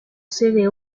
sede